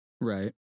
Right